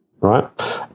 right